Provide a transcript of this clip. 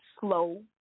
slow